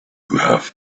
have